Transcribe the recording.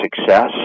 success